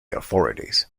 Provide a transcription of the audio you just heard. authorities